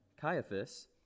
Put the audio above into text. Caiaphas